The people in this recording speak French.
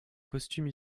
costume